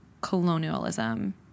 colonialism